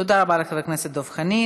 תודה רבה לחבר הכנסת דב חנין.